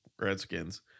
Redskins